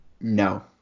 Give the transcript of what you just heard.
No